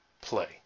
play